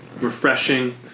refreshing